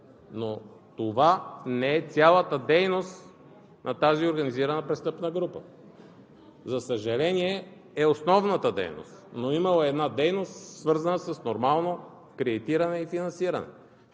Но това не е цялата дейност на тази организирана престъпна група. За съжаление, е основната дейност, но е имала една дейност, свързана с нормално кредитиране и финансиране,